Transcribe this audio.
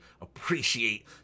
appreciate